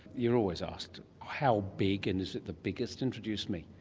you're always asked how big and is it the biggest. introduce me.